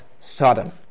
Sodom